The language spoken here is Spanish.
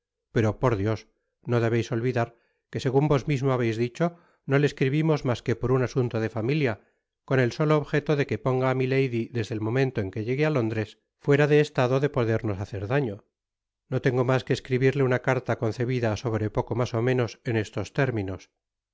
pero por dios no debeis olvidar que segun vos mismo habeis dicho no le escribimos mas que por un asunto de familia con el solo objeto de que ponga á milady desde el momento en que llegue á lóndres fuera de estado de podernos hacer daño no tengo mas que escribirle una carta concebida sobre poco mas ó menos en estos términos